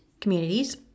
communities